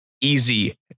easy